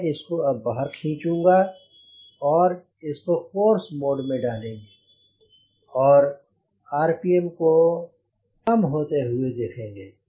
मैं इसको अब बाहर खींचूंगा और इसको कोर्स मोड में डालेंगे और आरपीएम को काम होते हुए देखेंगे